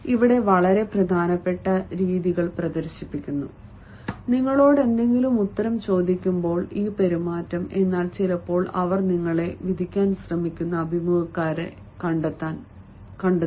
ഇവിടെ വളരെ പ്രധാനപ്പെട്ട രീതികൾ പ്രദർശിപ്പിക്കുന്നു നിങ്ങളോട് എന്തെങ്കിലും ഉത്തരം ചോദിക്കുമ്പോൾ ഈ പെരുമാറ്റം എന്നാൽ ചിലപ്പോൾ അവർ നിങ്ങളെ വിധിക്കാൻ ശ്രമിക്കുന്ന അഭിമുഖക്കാരെ കണ്ടെത്തും